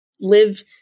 live